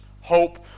hope